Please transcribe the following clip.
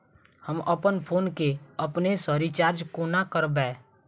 हम अप्पन फोन केँ अपने सँ रिचार्ज कोना करबै?